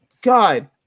God